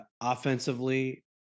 offensively